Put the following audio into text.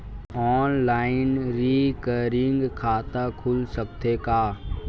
Online recurring खाता खुल सकथे का?